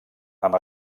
amb